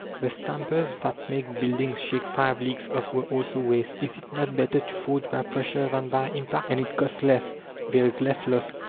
the stampers that made buildings shake five leagues off were also waste. is it not better to forge by pressure than by impact, and it costs less there is less loss.